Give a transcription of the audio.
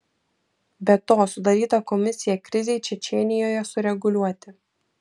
be to sudaryta komisija krizei čečėnijoje sureguliuoti